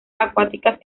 acuáticas